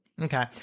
Okay